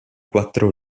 quattro